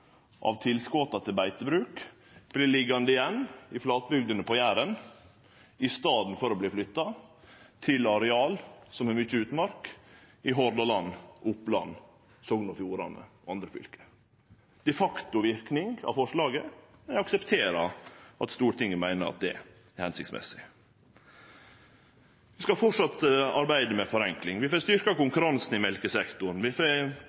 av tilskota til beitebruk vert liggjande igjen i flatbygdene på Jæren, i staden for å verte flytte til areal som har mykje utmark: i Hordaland, Oppland, Sogn og Fjordane og andre fylke – de facto-verknad av forslaget. Eg aksepterer at Stortinget meiner at det er hensiktsmessig. Vi skal framleis arbeide med å gjere det enklare. Vi får styrkt konkurransen i mjølkesektoren. Vi